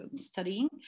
studying